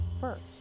first